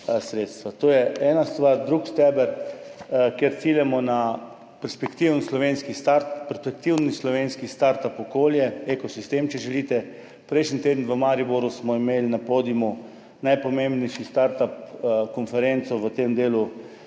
To je ena stvar. Drugi steber, kjer ciljamo na perspektivno slovensko startup okolje, ekosistem, če želite. Prejšnji teden smo imeli v Mariboru na Podimu pomembnejšo startup konferenco v tem delu